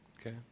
okay